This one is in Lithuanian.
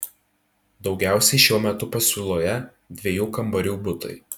daugiausiai šiuo metu pasiūloje dviejų kambarių butai